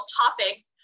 topics